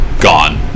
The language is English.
gone